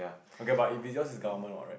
okay but it if yours is the government what right